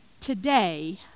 today